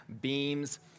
beams